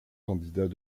candidats